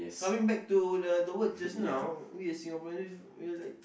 coming back to the the word just now we are Singaporeans we we are like